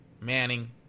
Manning